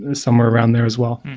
and some around there as well.